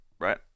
right